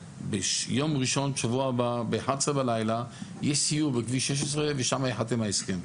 ביום ראשון בשבוע הבא ב-23:00 יש סיור בכביש 16 ושם ייחתם ההסכם.